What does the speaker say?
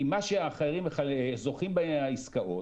כי מה שהאחרים זוכים בעסקאות,